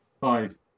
Five